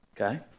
Okay